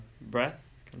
breath